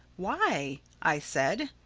why? i said.